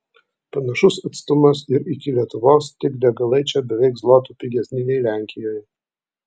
panašus atstumas ir iki lietuvos tik degalai čia beveik zlotu pigesni nei lenkijoje